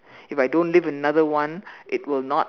if I don't live another one it will not